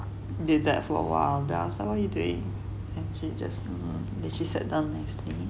did that for a while there are somemore then she just mm then she sat down